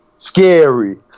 Scary